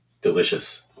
Delicious